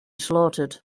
slaughtered